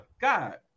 God